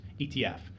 ETF